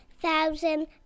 thousand